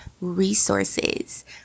resources